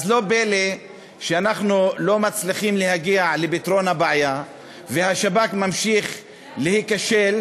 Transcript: אז לא פלא שאנחנו לא מצליחים להגיע לפתרון הבעיה והשב"כ ממשיך להיכשל,